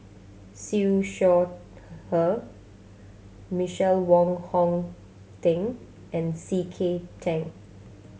Siew Shaw Her Michael Wong Hong Teng and C K Tang